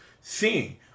seeing